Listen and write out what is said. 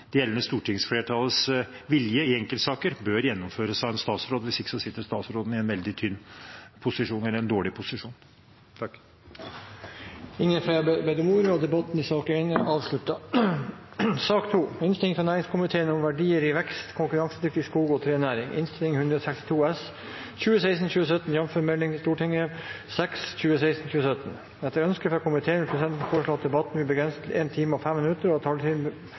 det gjeldende stortingsflertallets vilje i enkeltsaker, bør gjennomføres av en statsråd. Hvis ikke sitter statsråden i en veldig dårlig posisjon. Flere har ikke bedt om ordet til sak nr. 1. Etter ønske fra næringskomiteen vil presidenten foreslå at debatten blir begrenset til 1 time og 5 minutter, og at taletiden